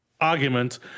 argument